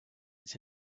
its